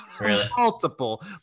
multiple